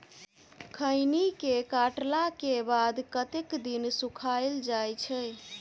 खैनी केँ काटला केँ बाद कतेक दिन सुखाइल जाय छैय?